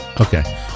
Okay